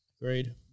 Agreed